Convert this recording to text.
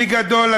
בגדול,